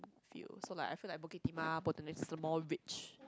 feel so like I feel like Bukit-Timah Botanist mall rich